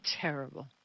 terrible